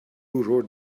wrote